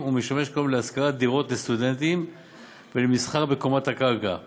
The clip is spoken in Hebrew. ומשמש כיום להשכרת דירות לסטודנטים ולמסחר בקומת הקרקע.